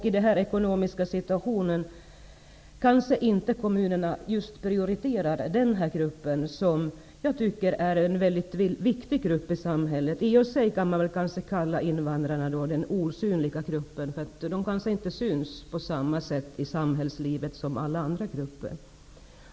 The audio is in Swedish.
I den här ekonomiska situationen kanske inte kommunerna prioriterar just den här gruppen, som jag tycker är en väldigt viktig grupp i samhället. I och för sig kan man kanske kalla invandrarna för den osynliga gruppen. De syns kanske inte på samma sätt i samhällslivet som alla andra grupper.